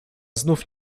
znów